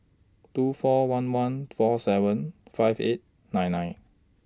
two four one one four seven five eight nine nine